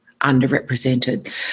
underrepresented